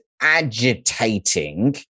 agitating